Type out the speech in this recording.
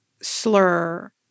slur